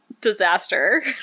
disaster